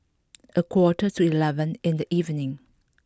a quarter to eleven in the evening